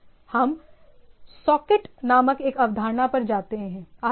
हम सॉकेट नामक एक अवधारणा पर आते हैं